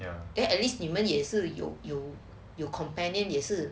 then at least 你们也是有有有 companion 也是